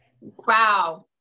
wow